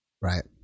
Right